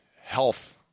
health